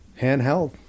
handheld